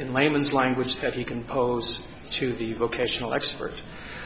in layman's language that he can pose to the vocational expert